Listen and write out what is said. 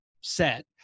set